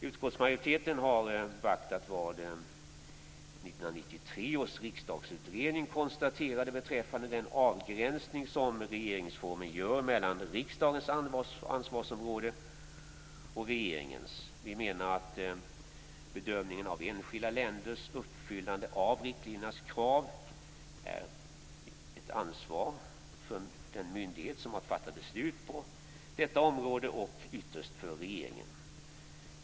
Utskottsmajoriteten har beaktat vad 1993 års riksdagsutredning konstaterade beträffande den avgränsning som regeringsformen gör mellan riksdagens ansvarsområde och regeringens. Vi menar att bedömningen av enskilda länders uppfyllande av riktlinjernas krav är ett ansvar för den myndighet som har fattat beslut på området och ytterst för regeringen.